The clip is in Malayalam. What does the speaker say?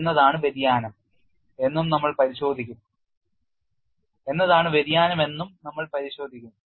എന്താണ് വ്യതിയാനം എന്നും നമ്മൾ പരിശോധിക്കും